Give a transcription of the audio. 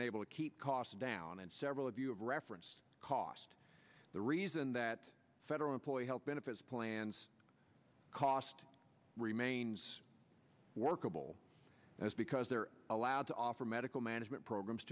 been able to keep costs down and several of you of reference cost the reason that federal employee health benefits plans cost remains workable and is because they're allowed to offer medical management programs